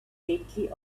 gently